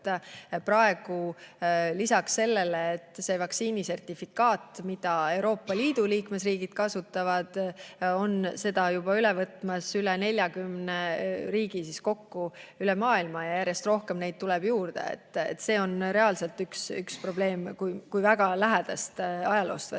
Praegu on seda vaktsiinisertifikaati, mida Euroopa Liidu liikmesriigid kasutavad, juba üle võtmas rohkem kui 40 riiki üle maailma ja järjest rohkem neid tuleb juurde. See on reaalselt üks probleem, kui väga lähedasest ajaloost võtta.